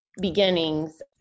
beginnings